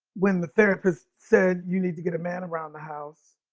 when the therapist said you need to get a man around the house.